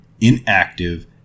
Inactive